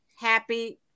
happy